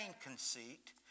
conceit